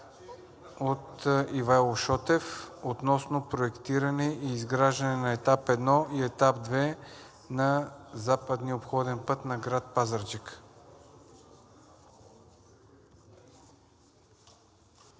от Ивайло Шотев относно проектиране и изграждане на Етап I и Етап II на западния обходен път на град Пазарджик.